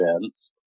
events